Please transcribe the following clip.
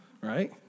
Right